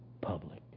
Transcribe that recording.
public